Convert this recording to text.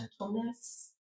gentleness